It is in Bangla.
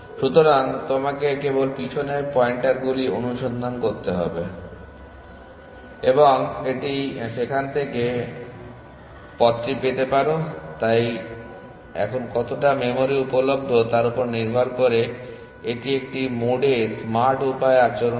সুতরাং তোমাকে কেবল পিছনের পয়েন্টারগুলি অনুসরণ করতে হবে এবং তুমি সেখান থেকে পথটি পেতে পারো তাই এখন কতটা মেমরি উপলব্ধ তার উপর নির্ভর করে এটি একটি মোডে স্মার্ট উপায়ে আচরণ করে